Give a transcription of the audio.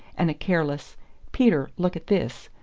and a careless peter, look at this,